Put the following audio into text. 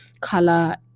color